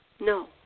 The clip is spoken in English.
No